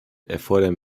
erfordern